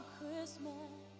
Christmas